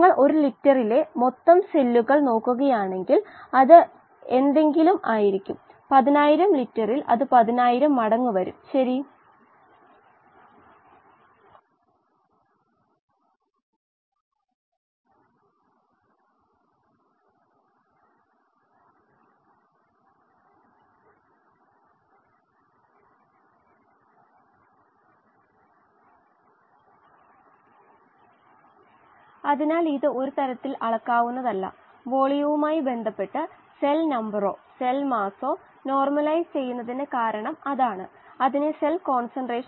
ഈ പ്രക്രിയയിൽ സൂക്ഷ്മമായി നോക്കുകയാണെങ്കിൽ ആ ദ്രവ്യത്തിന്റെ ഗാഢതയോ മോൾ ഫ്രാക്ഷനുകളോ പരിശോധിച്ചാൽ വാതകത്തിന്റെ മോൾ ഫ്രാക്ഷന്റെ കാര്യത്തിൽ വായു കുമിളക്കുള്ളിൽ ഏറ്റവും ഉയർന്നതായിരിക്കും ഇന്റർഫെയിസിൽ ഇത് വാതകത്തിന്റെ ഗാഢതയാണ് ഇത് ദ്രാവക ഗാഢതയാണ്